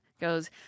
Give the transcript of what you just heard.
goes